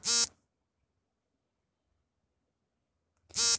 ಒಂದು ಸಾವಿರ ಈರುಳ್ಳಿ ಚೀಲಗಳನ್ನು ಇಳಿಸಲು ಕಾರ್ಮಿಕರ ಶುಲ್ಕ ಎಷ್ಟು?